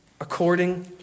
according